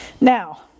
now